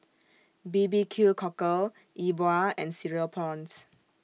B B Q Cockle Yi Bua and Cereal Prawns